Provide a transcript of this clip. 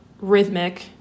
rhythmic